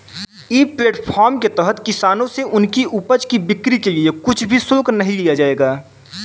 ई platform के तहत किसानों से उनकी उपज की बिक्री के लिए कुछ भी शुल्क नहीं लिया जाएगा